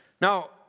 Now